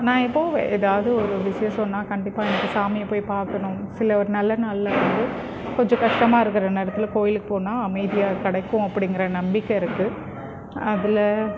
நான் எப்போவும் ஏதாவது ஒரு விஷேசன்னா கண்டிப்பாக இன்றைக்கி சாமியை போய் பார்க்கணும் சில ஒரு நல்ல நாளில் வந்து கொஞ்ச கஷ்டமாக இருக்கிற நேரத்தில் கோவிலுக்கு போனால் அமைதியாக கிடைக்கும் அப்படிங்குற நம்பிக்கை இருக்குது அதில்